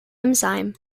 enzyme